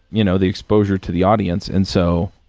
you know the exposure to the audience. and so,